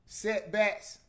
setbacks